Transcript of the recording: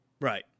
right